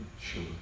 sure